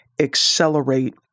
accelerate